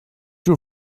your